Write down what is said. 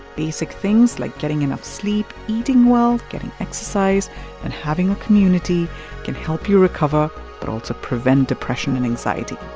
basic things like getting enough sleep, eating well, getting exercise and having a community can help you recover but also prevent depression and anxiety.